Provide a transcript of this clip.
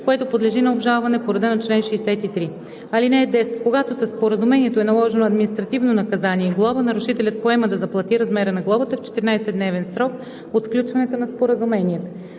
което подлежи на обжалване по реда на чл. 63. (10) Когато със споразумението е наложено административно наказание глоба, нарушителят приема да заплати размера на глобата в 14-дневен срок от сключването на споразумението.